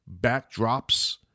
backdrops